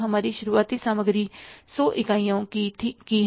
हमारी शुरुआती सामग्री100 इकाइयों की है